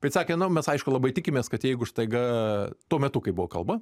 bet sakė nu mes aišku labai tikimės kad jeigu staiga tuo metu kai buvo kalba